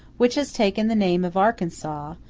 which has taken the name of arkansas,